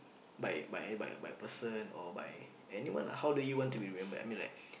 by by by by person or by anyone lah how do you want to be remembered I mean like